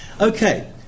Okay